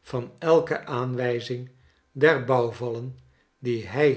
van elke aanwijzing der bouwvallen die hij